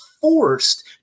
forced